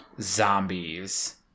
zombies